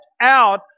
out